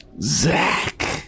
Zach